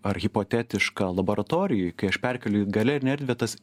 ar hipotetiška laboratorijoj kai aš perkeliu į galerinę erdvę tas